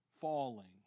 falling